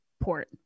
port